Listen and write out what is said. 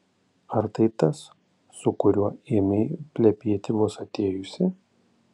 ar tai tas su kuriuo ėmei plepėti vos atėjusi